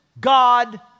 God